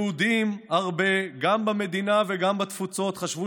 יהודים הרבה גם במדינה וגם בתפוצות חשבו